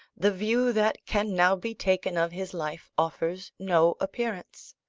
the view that can now be taken of his life offers no appearance.